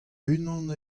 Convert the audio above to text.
unan